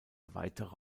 weitere